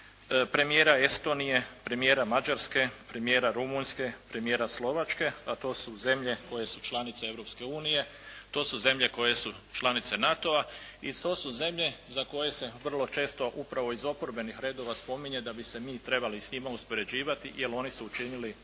premijera Estonije, premijera Mađarske, premijera Rumunjske, premijera Slovačke a to su zemlje koje su članice Europske unije, to su zemlje koje su članice NATO-a i to su zemlje za koje se vrlo često upravo iz oporbenih redova spominje da bi se mi trebali s njima uspoređivati jer oni su učinili i